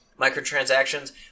microtransactions